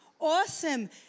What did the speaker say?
Awesome